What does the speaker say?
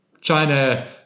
China